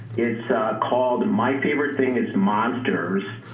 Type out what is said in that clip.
it's called my favorite thing is monsters.